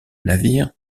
navire